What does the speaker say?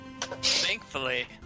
Thankfully